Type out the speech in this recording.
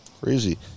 Crazy